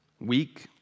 Weak